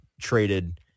traded